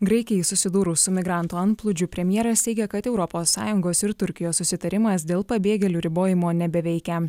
graikijai susidūrus su migrantų antplūdžiu premjeras teigia kad europos sąjungos ir turkijos susitarimas dėl pabėgėlių ribojimo nebeveikia